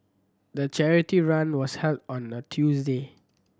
the charity run was held on a Tuesday